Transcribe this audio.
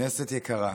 כנסת יקרה,